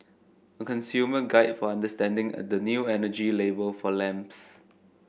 a consumer guide for understanding at the new energy label for lamps